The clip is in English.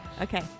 okay